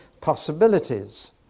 possibilities